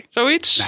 Zoiets